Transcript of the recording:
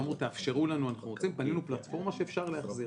שאמרו: תאפשרו לנו להחזיר בנינו פלטפורמה שאפשר להחזיר.